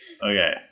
Okay